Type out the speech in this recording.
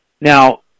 Now